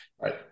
Right